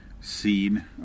scene